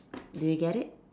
did you get it